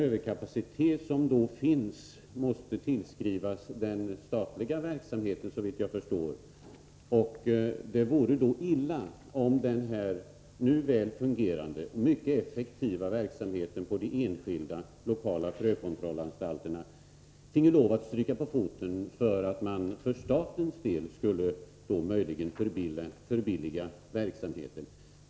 Överkapaciteten måste i stället, såvitt jag förstår, tillskrivas den statliga verksamheten. Det vore då illa om den här nu väl fungerande och mycket effektiva verksamheten på de enskilda lokala frökontrollanstalterna finge lov att stryka på foten för att man för statens del möjligen skulle kunna förbilliga verksamheten.